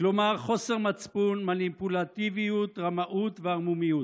כלומר חוסר מצפון, מניפולטיביות, רמאות וערמומיות.